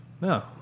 No